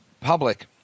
public